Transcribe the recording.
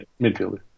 Midfielder